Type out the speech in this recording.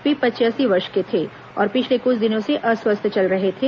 वे पचयासी वर्ष के थे और पिछले कुछ दिनों से अस्वस्थ चल रहे थे